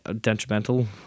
detrimental